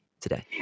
today